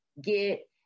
get